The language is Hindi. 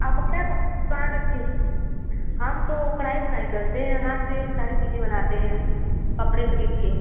आप कपड़े की दुकाना थी हम तो कढ़ाई बुनाई करते हैं हाथ से सारी चीज़ें बनाते हैं कपड़े ख़रीद कर